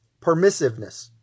permissiveness